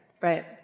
Right